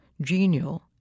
genial